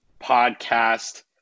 podcast